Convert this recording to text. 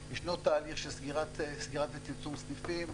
ישנו תהליך של סגירה וצמצום סניפים.